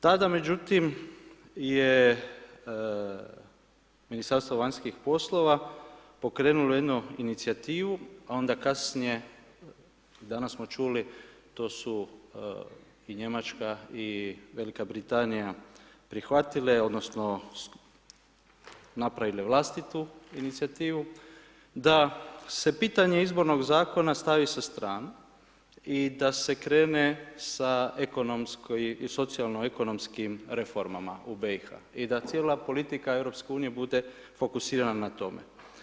Tada međutim je Ministarstvo vanjskih poslova pokrenulo jednu inicijativu, a onda kasnije danas smo čuli to su i Njemačka i Velika Britanija prihvatile odnosno napravile vlastitu inicijativu, da se pitanje izbornog zakona stavi sa strane i da se krene sa ekonomskim i socijalno-ekonomskim reformama u BiH i da cijela politika EU bude fokusirana na tome.